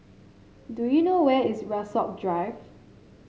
do you know where is Rasok Drive